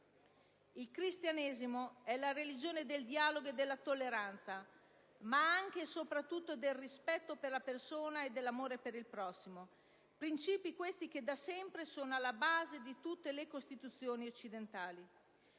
Il Cristianesimo è la religione del dialogo e della tolleranza, ma anche, e soprattutto, del rispetto per la persona e dell'amore per il prossimo; principi, questi, da sempre alla base di tutte le Costituzioni occidentali.